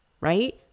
right